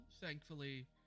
Thankfully